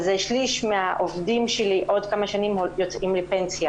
אז שליש מהעובדים שלי עוד כמה שנים יוצאים לפנסיה